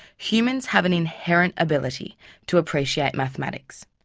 humans have an inherent ability to appreciate mathematics.